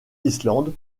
island